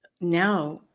now